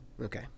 Okay